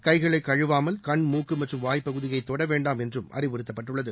கைகளை கழுவாமல் கண் மூக்கு மற்றும் வாய் பகுதியை தொட வேண்டாம் என்றும் அறிவுறுத்தப்பட்டுள்ளது